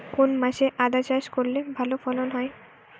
কোন মাসে আদা চাষ করলে ভালো ফলন হয়?